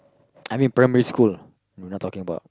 I mean primary school we not talking about